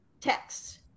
text